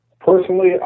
Personally